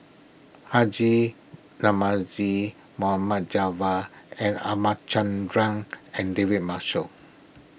Haji Namazie Mohd and R Ramachandran and David Marshall